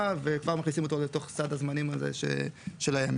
וכבר מכניסים אותו לתוך סד הזמנים הזה של הימים.